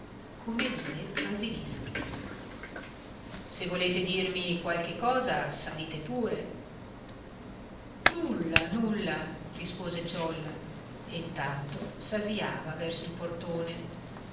come due basilischi se volete dirmi qualche cosa salite pure nulla nulla rispose ciolla e intanto s'avviava verso il portone